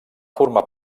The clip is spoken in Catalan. formar